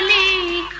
ah a